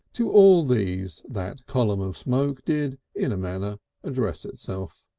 to all these that column of smoke did in a manner address itself.